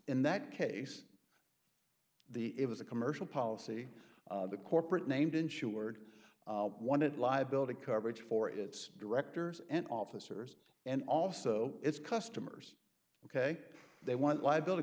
in that case the it was a commercial policy the corporate named insured one it liability coverage for its directors and officers and also its customers ok they want liability